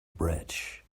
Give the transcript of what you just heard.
bridge